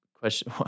question